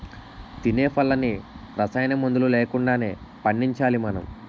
తినే పళ్ళన్నీ రసాయనమందులు లేకుండానే పండించాలి మనం